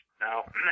Now